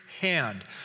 hand